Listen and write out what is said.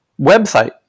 website